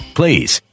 please